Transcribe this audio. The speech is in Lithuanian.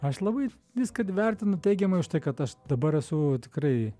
aš labai viską d vertinu teigiamai už tai kad aš dabar esu tikrai